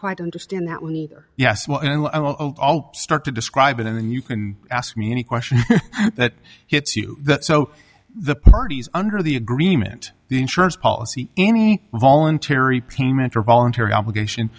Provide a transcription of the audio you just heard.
quite understand that yes well i'll start to describe it and then you can ask me any question that hits you so the parties under the agreement the insurance policy any voluntary payment or voluntary obligation